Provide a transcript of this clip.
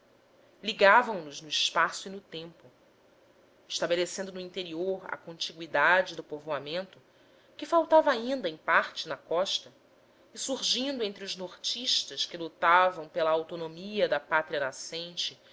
país ligavam nos no espaço e no tempo estabelecendo no interior a contigüidade do povoamento que faltava ainda em parte na costa e surgindo entre os nortistas que lutavam pela autonomia da pátria nascente